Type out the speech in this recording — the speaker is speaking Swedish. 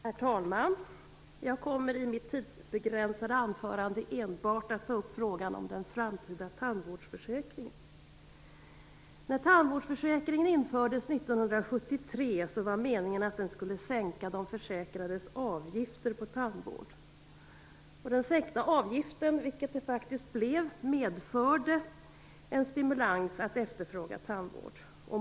Herr talman! Jag kommer i mitt tidsbegränsade anförande enbart att ta upp frågan om den framtida tandvårdsförsäkringen. 1973, när tandvårdsförsäkringen infördes, var det meningen att den skulle minska de försäkrades avgifter för tandvård. Den sänkta avgiften, som faktiskt blev av, medförde en stimulans för att efterfråga tandvård.